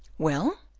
well?